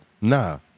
Nah